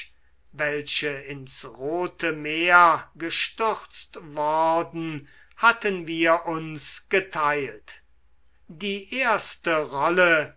welche ins rote meer gestürzt worden hatten wir uns geteilt die erste rolle